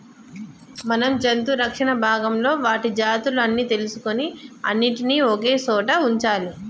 మనం జంతు రక్షణ భాగంలో వాటి జాతులు అన్ని తెలుసుకొని అన్నిటినీ ఒకే సోట వుంచాలి